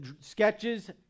sketches